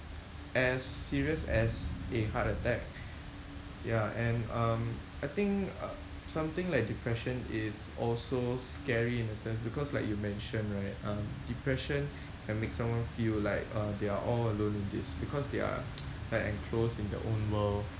as serious as a heart attack ya and um I think uh something like depression is also scary in a sense because like you mentioned right um depression can make someone feel like uh they're all alone in this because they are like enclosed in their own world